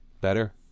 better